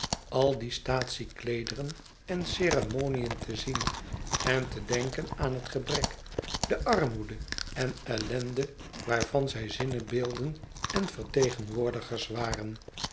al die staatsiekleederen en ceremoniën te zien en te denken aan het gebrek de armoede en ellende waarvan zij zinnebeelden en vertegenwoordigers waren